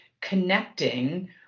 connecting